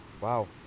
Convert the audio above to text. Wow